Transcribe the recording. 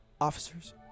officers